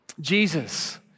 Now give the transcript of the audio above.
Jesus